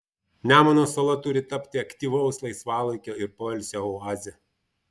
nemuno sala turi tapti aktyvaus laisvalaikio ir poilsio oaze